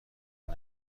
نمی